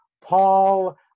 Paul